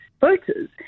voters